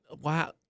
wow